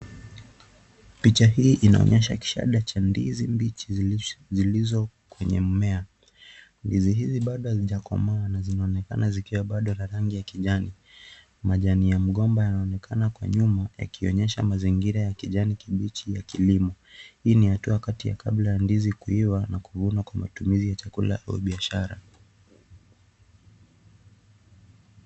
Picha hii inaoyesha kishada cha ndizi mbichi zilizo kwenye mimea. Ndizi hizo hazijakomaa na zinaonekana zikiwa bado ya rangi ya kijani ,majani ya migomba inaonekana nyuma ikionesha mazingira ya kijani kibichi ya kilimo. Hii ni hatua kabla ndizi kuiva na kuvunwa kwa matumizi ya chakula au biashara.